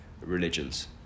religions